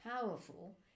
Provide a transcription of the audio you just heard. powerful